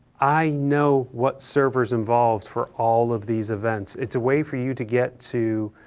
i know what server's involved for all of these events. it's a way for you to get to,